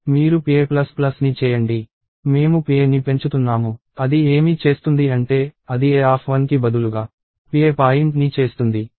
మీరు pa ని చేయండి మేము paని పెంచుతున్నాము అది ఏమి చేస్తుంది అంటే అది a1 కి బదులుగా pa పాయింట్ని చేస్తుంది